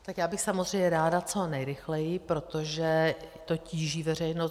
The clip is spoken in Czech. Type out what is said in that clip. Tak já bych samozřejmě ráda co nejrychleji, protože to tíží veřejnost.